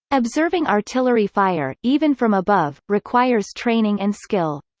observing artillery fire, even from above, requires training and skill.